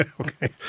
Okay